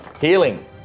Healing